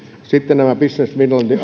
sitten nämä business finlandin